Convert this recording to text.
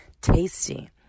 tasty